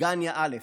דגניה א'